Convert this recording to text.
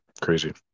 crazy